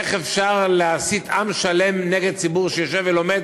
איך אפשר להסית עם שלם נגד ציבור שיושב ולומד,